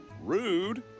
rude